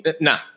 Nah